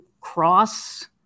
cross